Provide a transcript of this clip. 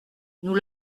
nous